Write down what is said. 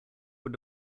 were